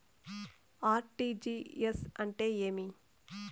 RTGS అంటే ఏమి